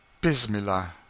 bismillah